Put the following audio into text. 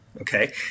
okay